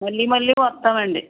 మళ్ళీ మళ్ళీ వస్తాము అండి